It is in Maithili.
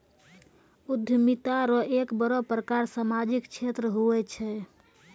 उद्यमिता रो एक बड़ो प्रकार सामाजिक क्षेत्र हुये छै